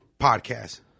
Podcast